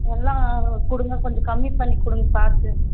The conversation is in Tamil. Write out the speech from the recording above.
எல்லாம் கொடுங்க கொஞ்சம் கம்மி பண்ணிக் கொடுங்க பார்த்து